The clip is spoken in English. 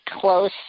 close